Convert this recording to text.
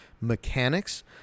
mechanics